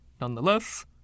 Nonetheless